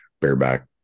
bareback